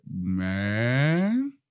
Man